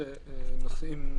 נכון.